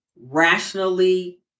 rationally